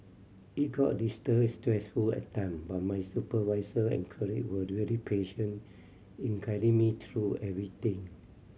it got a stressful at time but my supervisor and colleague were really patient in guiding me through everything